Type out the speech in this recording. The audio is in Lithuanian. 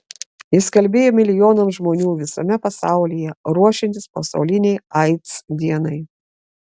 jis kalbėjo milijonams žmonių visame pasaulyje ruošiantis pasaulinei aids dienai